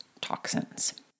toxins